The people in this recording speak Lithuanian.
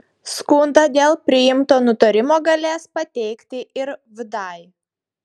skundą dėl priimto nutarimo galės pateikti ir vdai